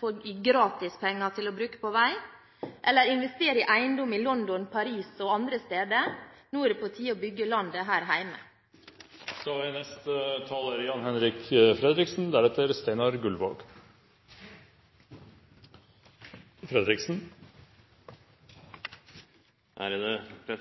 får gratispenger til å bruke på vei – eller investere i eiendom i London, Paris og andre steder. Nå er det på tide å bygge landet her hjemme. Det